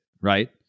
right